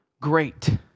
great